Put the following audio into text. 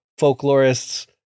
folklorists